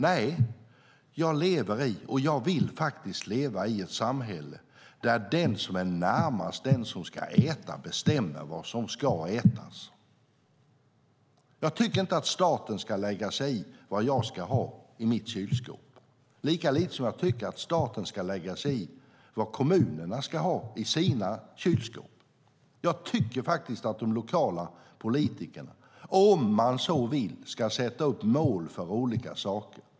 Nej, jag lever i, och jag vill faktiskt leva i, ett samhälle där den som är närmast - den som ska äta - bestämmer vad som ska ätas. Jag tycker inte att staten ska lägga sig i vad jag ska ha i mitt kylskåp, lika lite som jag tycker att staten ska lägga sig i vad kommunerna ska ha i sina kylskåp. Jag tycker att de lokala politikerna, om de så vill, ska sätta upp mål för olika saker.